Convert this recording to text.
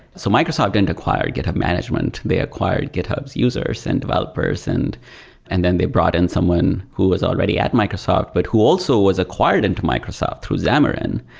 so microsoft didn't acquire github management. they acquired gethub's users and developers and and then they brought in someone who is already at microsoft but who also was acquired into microsoft through xamarin.